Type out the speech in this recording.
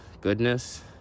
goodness